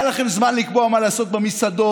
היה לכם זמן לקבוע מה לעשות במסעדות,